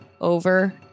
over